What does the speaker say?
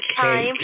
time